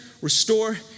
restore